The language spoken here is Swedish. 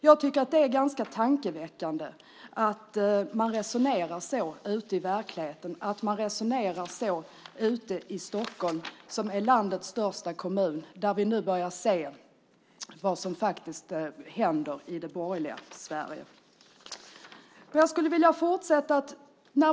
Jag tycker att det är ganska tankeväckande att man resonerar så ute i verkligheten, i Stockholm, som är landets största kommun och där vi nu börjar se vad som faktiskt händer i det borgerliga Sverige.